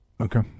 Okay